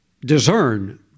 discern